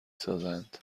سازند